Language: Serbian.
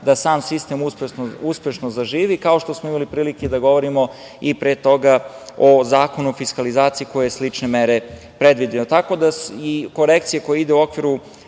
da sam sistem uspešno zaživi, kao što smo imali prilike da govorimo i pre toga o Zakonu o fiskalizaciji koji je slične mere predvideo. Korekcije koje idu u okviru